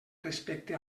respecte